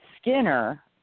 Skinner